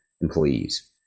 employees